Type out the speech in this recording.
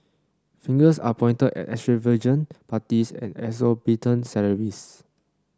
fingers are pointed at extravagant parties and exorbitant salaries